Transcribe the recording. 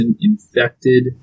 infected